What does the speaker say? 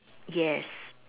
yes